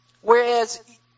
whereas